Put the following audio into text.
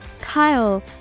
Kyle